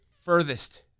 furthest